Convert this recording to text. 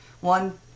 one